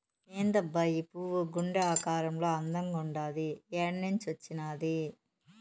ఏందబ్బా ఈ పువ్వు గుండె ఆకారంలో అందంగుండాది ఏన్నించొచ్చినాది